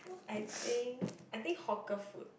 I think I think hawker food